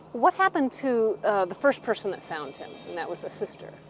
what happened to the first person that found him? and that was a sister.